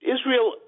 Israel